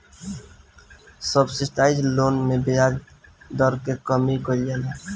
subsidised loan में ब्याज दर के कमी कइल जाला